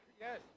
Yes